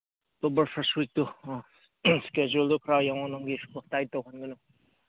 October first ꯋꯤꯛꯇꯣ ꯑ ꯏꯁꯀꯦꯗꯨꯜꯗꯣ ꯈꯔ ꯌꯦꯡꯉꯣ ꯅꯪꯒꯤ ꯀꯣꯂꯥꯏꯠ ꯇꯧꯍꯟꯒꯅꯨ